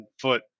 foot